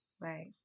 Right